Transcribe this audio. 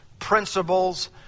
principles